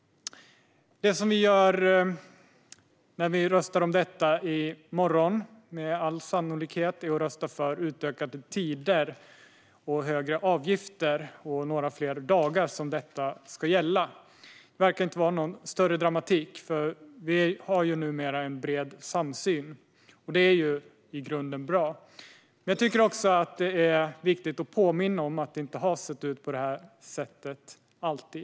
När vi röstar om detta i morgon kommer vi med största sannolikhet att rösta för utökade tider, högre avgifter och några fler dagar då detta ska gälla. Det verkar inte vara någon större dramatik om det. Vi har numera en bred samsyn. Det är i grunden bra. Jag tycker dock att det är viktigt att påminna om att det inte alltid har sett ut på det sättet.